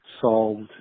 solved